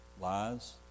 lies